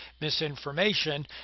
misinformation